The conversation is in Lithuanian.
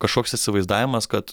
kažkoks įsivaizdavimas kad